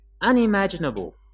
unimaginable